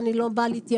אני לא באה לומר